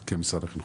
כן, משרד החינוך.